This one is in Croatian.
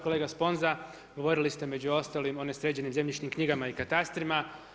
Kolega Sponza, govorili ste među ostalim o onim sređenim zemljišnim knjigama i katastrima.